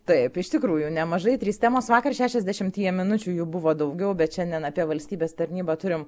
taip iš tikrųjų nemažai trys temos vakar šešiasdešimtyje minučių jų buvo daugiau bet šiandien apie valstybės tarnybą turim